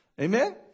Amen